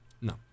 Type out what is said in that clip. No